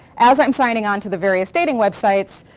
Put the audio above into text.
as i'm signing on to the various dating websites,